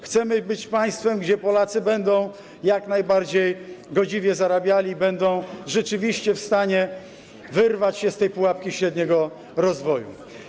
Chcemy być państwem, gdzie Polacy będą jak najbardziej godziwie zarabiali, będą rzeczywiście w stanie wyrwać się z tej pułapki średniego rozwoju.